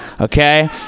Okay